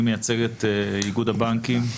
אני מייצג את איגוד הבנקים.